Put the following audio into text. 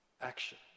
action